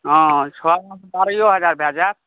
हँ छओ हजार बारहो हजार भए जायत